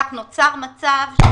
כך נוצר מצב,